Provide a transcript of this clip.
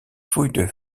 fouilles